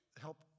help